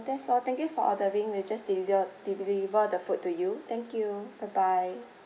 that's all thank you for ordering we'll just deliver deliver the food to you thank you bye bye